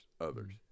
others